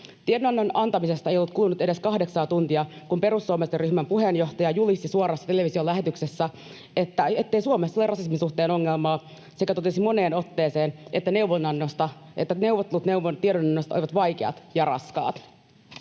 Tiedonannon antamisesta ei ollut kulunut edes kahdeksaa tuntia, kun perussuomalaisten ryhmän puheenjohtaja julisti suorassa televisiolähetyksessä, ettei Suomessa ole rasismin suhteen ongelmaa, sekä totesi moneen otteeseen, että neuvottelut tiedonannosta olivat vaikeat ja raskaat.